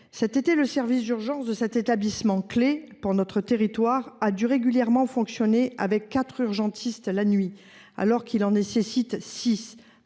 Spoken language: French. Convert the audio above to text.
Cet été, le service d’urgences de cet établissement clé pour notre territoire a dû régulièrement fonctionner de nuit avec quatre urgentistes, alors que six sont nécessaires.